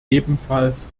ebenfalls